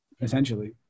essentially